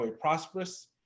prosperous